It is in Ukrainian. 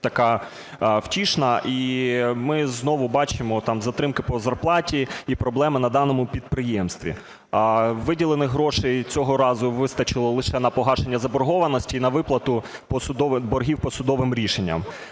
така втішна, і ми знову бачимо там затримки по зарплаті і проблеми на даному підприємстві. Виділених грошей цього разу вистачило лише на погашення заборгованості і на виплату боргів по судовим рішенням.